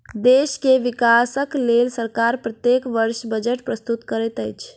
देश के विकासक लेल सरकार प्रत्येक वर्ष बजट प्रस्तुत करैत अछि